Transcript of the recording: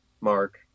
mark